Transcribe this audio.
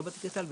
לא בדיגיטל,